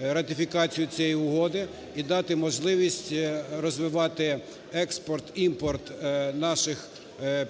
ратифікацію цієї угоди і дати можливість розвивати експорт-імпорт наших